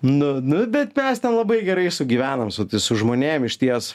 nu nu bet mes ten labai gerai sugyvenam su tais su žmonėms išties